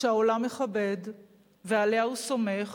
שהעולם מכבד ועליה הוא סומך